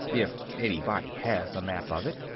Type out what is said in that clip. if anybody has a map of it,